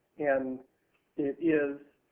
and it is